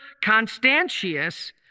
Constantius